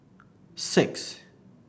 six